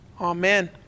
Amen